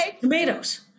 tomatoes